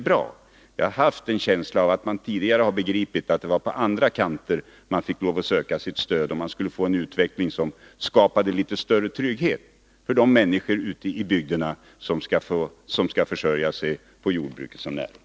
Jag tror att man tidigare begrep att det var på andra kanter som man fick lov att söka sitt stöd, om man skulle få en utveckling som skapade litet större trygghet för de människor ute i bygderna som skall försörja sig på jordbruket som näring.